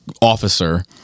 officer